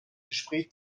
gespräch